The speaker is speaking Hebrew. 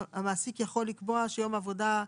המעסיק יכול לקבוע שיום עבודה,